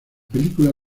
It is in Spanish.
película